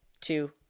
two